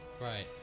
Right